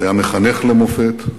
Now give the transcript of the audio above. הוא היה מחנך למופת,